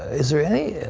is there any